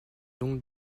donc